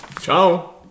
Ciao